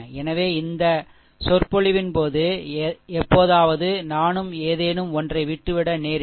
எனவே இந்த சொற்பொழிவின் போது எப்போதாவது நானும் ஏதேனும் ஒன்றை விட்டுவிட நேரிடும்